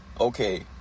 okay